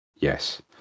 Yes